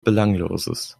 belangloses